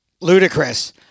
ludicrous